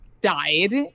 died